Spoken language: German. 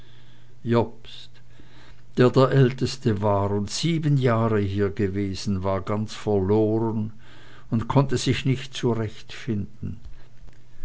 der der älteste war und sieben jahre hiergewesen war ganz verloren und konnte sich nicht